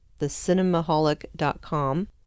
TheCinemaholic.com